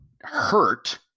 hurt